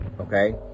okay